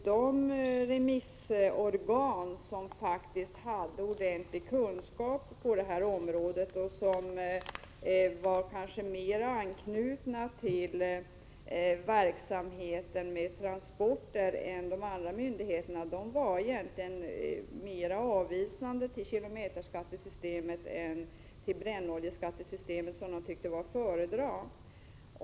De remissorgan som faktiskt hade ordentlig kunskap på området och som kanske var mer anknutna till verksamheten med transporter än de andra myndigheterna, var egentligen mer avvisande till kilometerskattesystemet än till brännoljeskattesystemet, som de tyckte var att föredra.